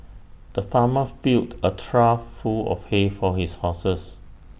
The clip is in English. the farmer filled A trough full of hay for his horses